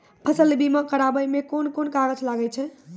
फसल बीमा कराबै मे कौन कोन कागज लागै छै?